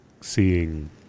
seeing